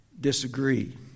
disagree